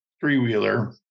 three-wheeler